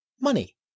money